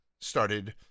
Started